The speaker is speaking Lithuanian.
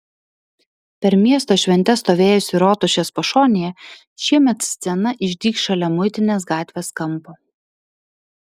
per miesto šventes stovėjusi rotušės pašonėje šiemet scena išdygs šalia muitinės gatvės kampo